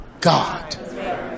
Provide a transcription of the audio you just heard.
god